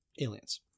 Aliens